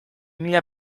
mila